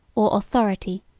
or authority,